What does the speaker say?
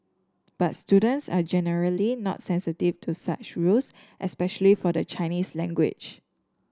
but students are generally not sensitive to such rules especially for the Chinese language